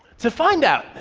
to find out,